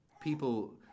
people